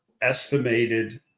estimated